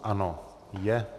Ano, je.